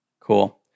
Cool